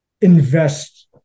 invest